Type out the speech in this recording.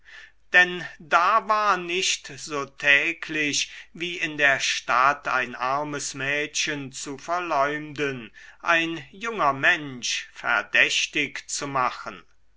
denn da war nicht so täglich wie in der stadt ein armes mädchen zu verleumden ein junger mensch verdächtig zu machen